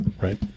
right